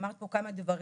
אמרת (יושבת הראש) פה כמה דברים